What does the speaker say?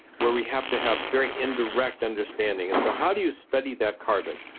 where we have to have very indirect understanding, and so how do you study that carbon?